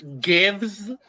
gives